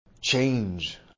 change